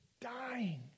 dying